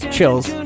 Chills